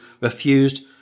refused